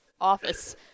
office